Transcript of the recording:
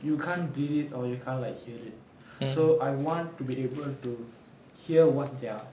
you can't read it or you can't like hear it so I want to be able to hear what they're